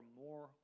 more